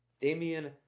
Damian